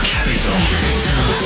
Capital